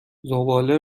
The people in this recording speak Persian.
زباله